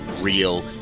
Real